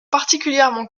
particulièrement